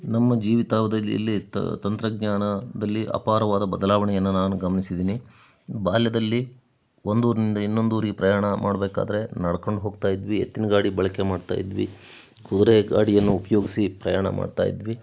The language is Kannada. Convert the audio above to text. ನಮ್ಮ ಜೀವಿತಾವ್ದದ್ಯಿಲ್ಲಿ ತ ತಂತ್ರಜ್ಞಾನದಲ್ಲಿ ಅಪಾರವಾದ ಬದಲಾವಣೆಯನ್ನು ನಾನು ಗಮನ್ಸಿದ್ದೀನಿ ಬಾಲ್ಯದಲ್ಲಿ ಒಂದು ಊರಿನಿಂದ ಇನ್ನೊಂದು ಊರಿಗೆ ಪ್ರಯಾಣ ಮಾಡಬೇಕಾದ್ರೆ ನಡ್ಕಂಡು ಹೋಗ್ತಾ ಇದ್ವಿ ಎತ್ತಿನ ಗಾಡಿ ಬಳಕೆ ಮಾಡ್ತಾ ಇದ್ವಿ ಕುದುರೆ ಗಾಡಿಯನ್ನು ಉಪಯೋಗ್ಸಿ ಪ್ರಯಾಣ ಮಾಡ್ತಾ ಇದ್ವಿ